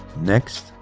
next,